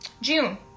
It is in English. june